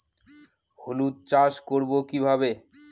হলুদ চাষ করব কিভাবে?